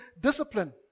discipline